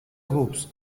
groups